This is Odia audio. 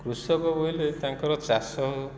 କୃଷକ ବୋଇଲେ ତାଙ୍କର ଚାଷ